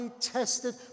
tested